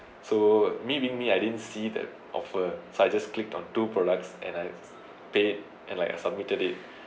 so me being me I didn't see that offer so I just clicked on two products and I paid and like I submitted it